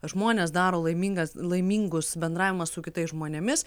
žmones daro laimingas laimingus bendravimas su kitais žmonėmis